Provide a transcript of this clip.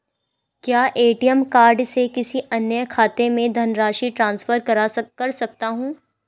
क्या ATM card से किसी अन्य खाते में धनराशि ट्रांसफर कर सकता हूँ?